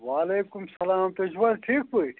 وعلیکُم اسَلام تُہۍ چھُو حظ ٹھیٖک پٲٹھۍ